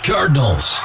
Cardinals